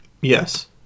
yes